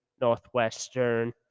Northwestern